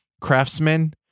Craftsman